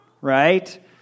right